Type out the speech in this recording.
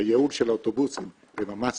בייעול של האוטובוס וב-mass transit.